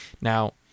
now